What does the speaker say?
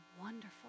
wonderful